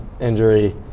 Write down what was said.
injury